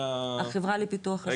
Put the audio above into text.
החברה לפיתוח אשדוד.